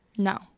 No